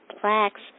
plaques